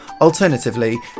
Alternatively